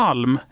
Alm